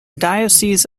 diocese